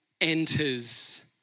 enters